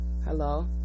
Hello